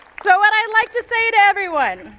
so what i'd like to say to everyone,